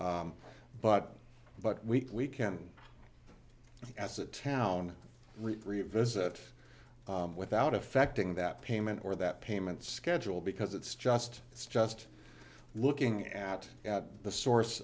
but but week we can as a town revisit without affecting that payment or that payment schedule because it's just it's just looking at the source